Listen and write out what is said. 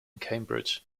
cambridge